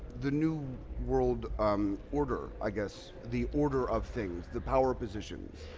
the new world um order, i guess. the order of things, the power positions